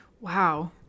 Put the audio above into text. Wow